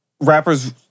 rappers